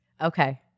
Okay